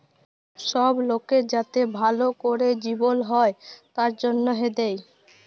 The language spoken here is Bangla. সব লকের যাতে ভাল ক্যরে জিবল হ্যয় তার জনহে দেয়